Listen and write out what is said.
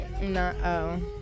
no